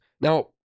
Now